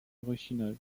originale